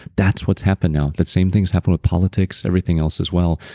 that's what's happened now, that same thing's happening with politics, everything else as well.